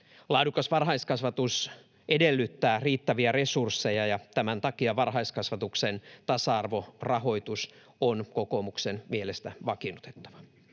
Laadukas varhaiskasvatus edellyttää riittäviä resursseja, ja tämän takia varhaiskasvatuksen tasa-arvorahoitus on kokoomuksen mielestä vakiinnutettava.